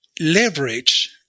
leverage